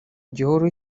gihuru